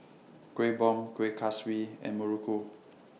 Kueh Bom Kueh Kaswi and Muruku